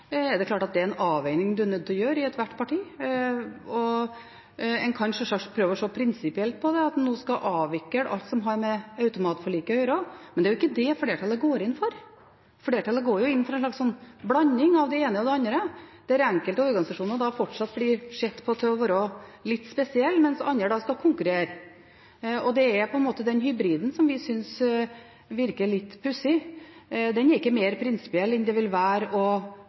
er det klart at det er en avveining en er nødt til å gjøre i ethvert parti. En kan sjølsagt prøve å se prinsipielt på det, at en nå skal avvikle alt som har med automatforliket å gjøre. Men det er ikke det flertallet går inn for; flertallet går inn for å lage en blanding av det ene og det andre, der enkelte organisasjoner fortsatt blir sett på som litt spesielle, mens andre skal konkurrere. Det er på en måte den hybriden vi synes virker litt pussig. Den er ikke mer prinsipiell enn det vil være å